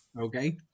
Okay